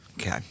Okay